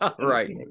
Right